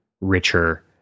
richer